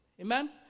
Amen